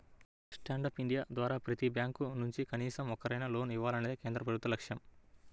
stand up India ద్వారా ప్రతి bank నుంచి కనీసం ఒక్కరికైనా లోన్ ఇవ్వాలన్నదే కేంద్ర ప్రభుత్వ లక్ష్యం